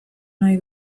nahi